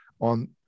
on